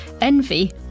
envy